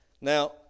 Now